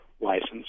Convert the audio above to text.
license